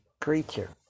creature